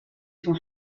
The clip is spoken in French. son